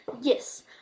yes